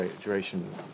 Duration